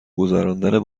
گذراندن